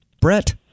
Brett